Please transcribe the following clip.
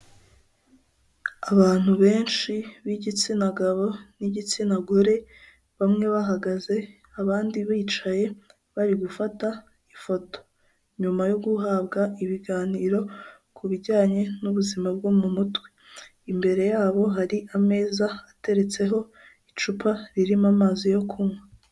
Abantu benshi b'igitsina gabo n'igitsina gore bamwe bahagaze abandi bicaye bari gufata ifoto nyuma yo guhabwa ibiganiro ku bijyanye n'ubuzima bwo mu mutwe, imbere yabo hari ameza ateretseho icupa ririmo amazi yo kunywa.